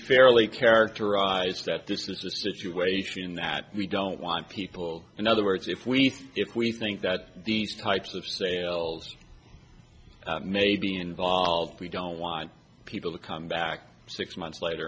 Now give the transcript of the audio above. fairly characterize that this is the situation that we don't want people in other words if we think if we think that these types of sales may be involved we don't want people to come back six months later